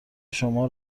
شما